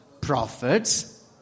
prophets